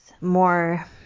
more